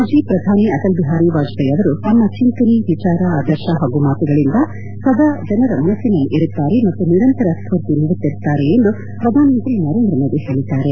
ಮಾಜಿ ಪ್ರಧಾನಿ ಅಟಲ್ ಬಿಹಾರಿ ವಾಜಪೇಯಿ ಅವರು ತಮ್ಮ ಚಿಂತನೆ ವಿಚಾರ ಆದರ್ಶ ಹಾಗೂ ಮಾತುಗಳಿಂದ ಸದಾ ಜನರ ಮನಸ್ಸನಲ್ಲಿರುತ್ತಾರೆ ಮತ್ತು ನಿರಂತರ ಸ್ವೂರ್ತಿಯನ್ನು ನೀಡುತ್ತಿರುತ್ತಾರೆ ಎಂದು ಪ್ರಧಾನ ಮಂತ್ರಿ ನರೇಂದ್ರ ಮೋದಿ ಅವರು ಹೇಳಿದ್ದಾರೆ